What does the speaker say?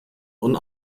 und